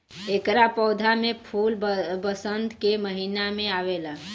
एकरा पौधा में फूल वसंत के महिना में आवेला